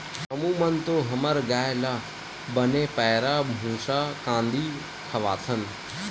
हमू मन तो हमर गाय ल बने पैरा, भूसा, कांदी खवाथन